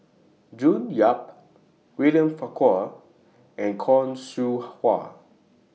June Yap William Farquhar and Khoo Seow Hwa